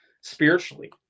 spiritually